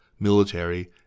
military